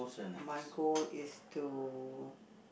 my goal is to